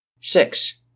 Six